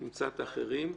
נמצא את האחרים.